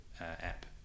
app